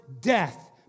death